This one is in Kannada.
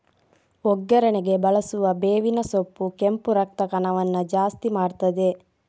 ಒಗ್ಗರಣೆಗೆ ಬಳಸುವ ಬೇವಿನ ಸೊಪ್ಪು ಕೆಂಪು ರಕ್ತ ಕಣವನ್ನ ಜಾಸ್ತಿ ಮಾಡ್ತದೆ